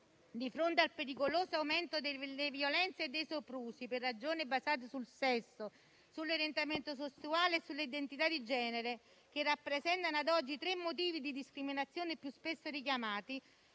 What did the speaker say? di fronte al pericoloso aumento delle violenze e dei soprusi per ragioni basate sul sesso, sull'orientamento sessuale o sull'identità di genere, che rappresentano ad oggi i tre motivi di discriminazione più spesso richiamati,